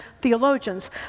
theologians